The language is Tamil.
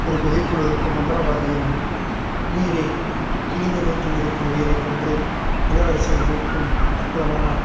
ஒரு குகைக்குள் இருக்கும் மந்திரவாதியின் உயி உயிரை கிளி உருவத்தில் இருக்கும் உயிரைக் கொன்று இளவரசியை மீட்கும் அற்புதமான